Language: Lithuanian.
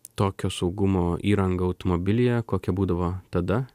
tokios saugumo įranga automobilyje kokia būdavo tada